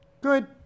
good